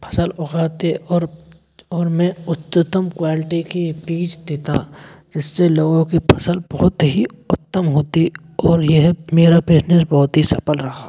फसल उगाते और और मैं उच्चतम क्वालटी के बीज देता जिससे लोगों की फसल बहुत ही उत्तम होती और यह मेरा बिजनेस बहुत ही सफल रहा